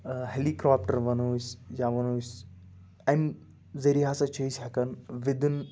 helicopter وَنو أسۍ یا وَنو أسۍ اَمہِ ذٔریعہٕ ہسا چھِ أسۍ ہٮ۪کان وِدِن